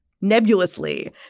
nebulously